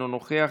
אינו נוכח,